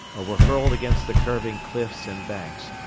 or were hurled against the curving cliffs and banks,